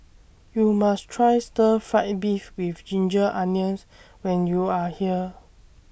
YOU must Try Stir Fried Beef with Ginger Onions when YOU Are here